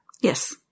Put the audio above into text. Yes